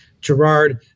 Gerard